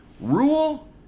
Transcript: rule